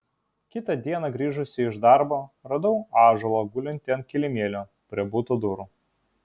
kitą dieną grįžusi iš darbo radau ąžuolą gulintį ant kilimėlio prie buto durų